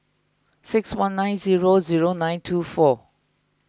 six one nine zero zero nine two four